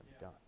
done